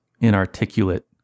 inarticulate